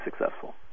successful